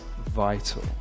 vital